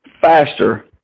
faster